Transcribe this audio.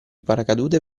paracadute